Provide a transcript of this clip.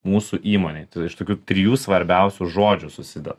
mūsų įmonėj iš tokių trijų svarbiausių žodžių susideda